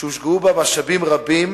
שהושקעו בה משאבים רבים,